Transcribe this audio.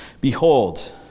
Behold